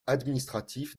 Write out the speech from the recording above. administratif